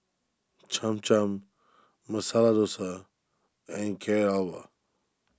Cham Cham Masala Dosa and Carrot Halwa